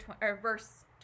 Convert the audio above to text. verse